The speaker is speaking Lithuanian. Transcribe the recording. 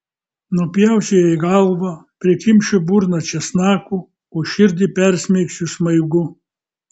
nupjausiu jai galvą prikimšiu burną česnakų o širdį persmeigsiu smaigu